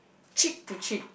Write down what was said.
cheek to cheek